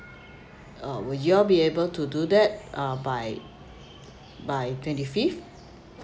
uh will you all be able to do that uh by by twenty fifth